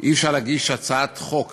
אי-אפשר להגיש הצעת חוק